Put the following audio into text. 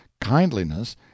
kindliness